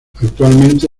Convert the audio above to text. actualmente